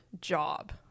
job